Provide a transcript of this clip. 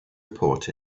report